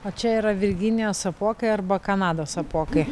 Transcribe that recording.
o čia yra virginijos apuokai arba kanados apuokai